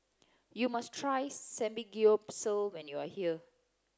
you must try Samgeyopsal when you are here